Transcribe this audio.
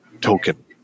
token